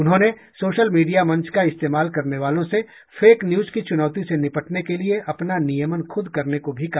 उन्होंने social media मंच का इस्तेमाल करने वालों से फेक न्यूज की चुनौती से निपटने के लिए अपना नियमन खुद करने को भी कहा